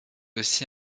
aussi